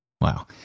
Wow